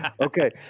Okay